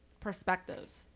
perspectives